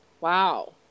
wow